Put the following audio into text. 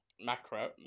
Macro